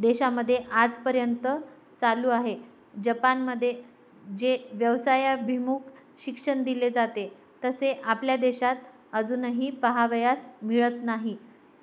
देशामध्ये आजपर्यंत चालू आहे जपानमध्ये जे व्यवसायाभिमुख शिक्षण दिले जाते तसे आपल्या देशात अजूनही पहावयास मिळत नाही